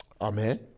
Amen